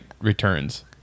Returns